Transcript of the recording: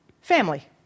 family